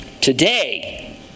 today